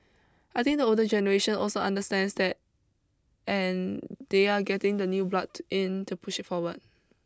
I think the older generation also understands that and they are getting the new blood in to push it forward